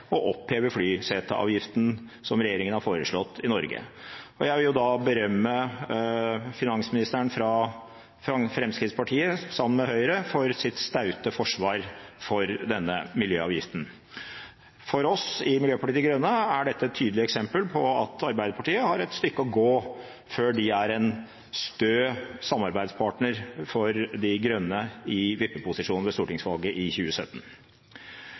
å oppheve flyseteavgiften som regjeringen har foreslått i Norge. Jeg vil da berømme finansministeren fra Fremskrittspartiet for hennes staute forsvar for denne miljøavgiften, sammen med Høyre. For oss i Miljøpartiet De Grønne er dette et tydelig eksempel på at Arbeiderpartiet har et stykke å gå før de blir en stø samarbeidspartner for Miljøpartiet De Grønne i en vippeposisjon ved stortingsvalget i 2017.